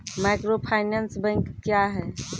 Microfinance bank क्या हैं?